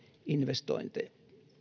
investointeja